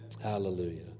Hallelujah